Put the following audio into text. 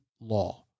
law